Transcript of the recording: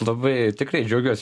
labai tikrai džiaugiuosi